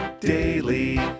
daily